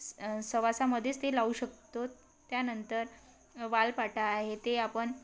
स सहवासामध्येच ते लावू शकतो त्यानंतर वालपाटा आहे ते आपण